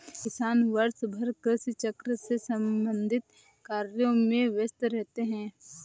किसान वर्षभर कृषि चक्र से संबंधित कार्यों में व्यस्त रहते हैं